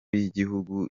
yigihugu